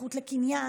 הזכות לקניין,